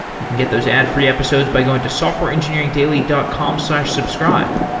you can get those ad-free episodes by going to softwareengineeringdaily dot com slash subscribe.